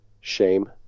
Shame